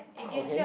okay